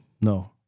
No